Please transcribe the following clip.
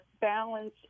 balance